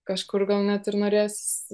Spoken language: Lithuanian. kažkur gal net ir norėsis